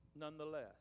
nonetheless